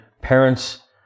parents